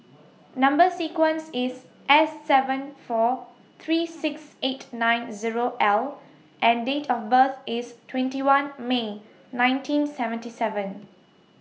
Number sequence IS S seven four three six eight nine Zero L and Date of birth IS twenty one May nineteen seventy seven